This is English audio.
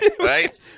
right